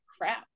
crap